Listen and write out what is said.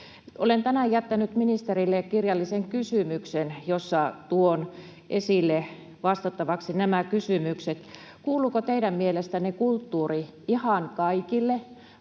Olen tänään jättänyt ministerille kirjallisen kysymyksen, jossa tuon esille vastattavaksi nämä kysymykset: Kuuluuko teidän mielestänne kulttuuri ihan kaikille